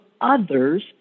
others